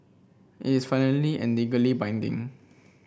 it is final and legally binding